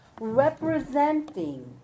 representing